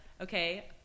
okay